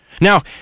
Now